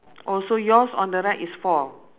oh so yours on the right is four